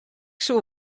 soe